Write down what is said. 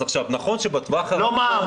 אז נכון שבטווח הרחוק